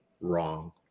wrong